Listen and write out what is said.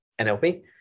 NLP